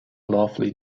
lovely